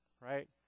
right